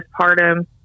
postpartum